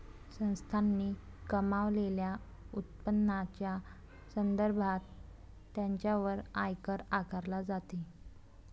संस्थांनी कमावलेल्या उत्पन्नाच्या संदर्भात त्यांच्यावर आयकर आकारला जातो